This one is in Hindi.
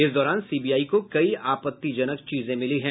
इस दौरान सीबीआई को कई आपत्तिजनक चीजें मिली है